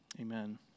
Amen